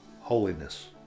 holiness